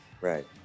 right